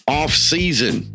off-season